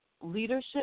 leadership